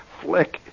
Flick